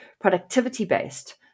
productivity-based